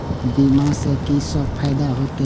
बीमा से की सब फायदा होते?